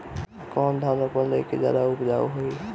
कौन धान रोपल जाई कि ज्यादा उपजाव होई?